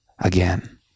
again